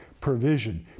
provision